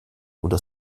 unter